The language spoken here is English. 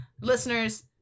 Listeners –